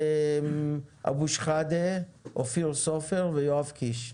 אבו שחאדה, אופיר סופיר ויואב קיש.